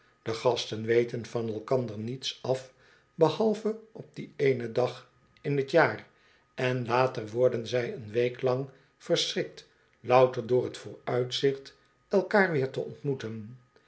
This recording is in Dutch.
de gasten weten van elkander niets af behalve op dien eenen dag in t jaar en later worden zij een week lang verschrikt louter door t vooruitzicht elkaar weer te ontmoeten